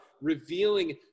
revealing